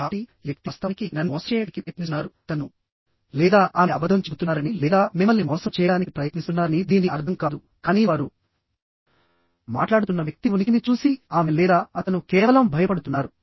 కాబట్టిఈ వ్యక్తి వాస్తవానికి నన్ను మోసం చేయడానికి ప్రయత్నిస్తున్నారు అతను లేదా ఆమె అబద్ధం చెబుతున్నారని లేదా మిమ్మల్ని మోసం చేయడానికి ప్రయత్నిస్తున్నారని దీని అర్థం కాదు కానీ వారు మాట్లాడుతున్న వ్యక్తి ఉనికిని చూసి ఆమె లేదా అతను కేవలం భయపడుతున్నారు